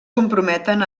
comprometen